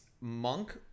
monk